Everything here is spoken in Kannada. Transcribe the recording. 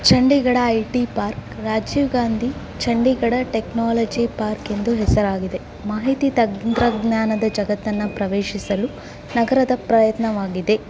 Chandigarh I T park Rajiv Gandhi Chandigarh technology park ಎಂದು ಹೆಸರಾಗಿದೆ ಮಾಹಿತಿ ತಂತ್ರಜ್ಞಾನದ ಜಗತ್ತನ್ನು ಪ್ರವೇಶಿಸಲು ನಗರದ ಪ್ರಯತ್ನವಾಗಿದೆ